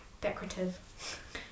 decorative